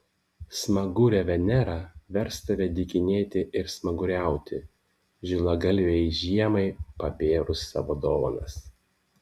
smagurė venera vers tave dykinėti ir smaguriauti žilagalvei žiemai pabėrus savo dovanas